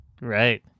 Right